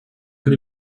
can